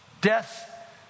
death